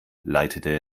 leitete